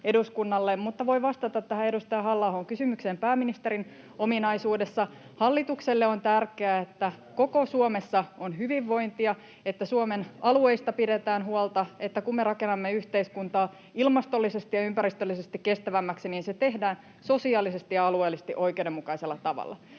Timo Heinonen: Tämä on nyt sitä keskitettyä viestintää!] Hallitukselle on tärkeää, että koko Suomessa on hyvinvointia, että Suomen alueista pidetään huolta, että kun me rakennamme yhteiskuntaa ilmastollisesti ja ympäristöllisesti kestävämmäksi, niin se tehdään sosiaalisesti ja alueellisesti oikeudenmukaisella tavalla.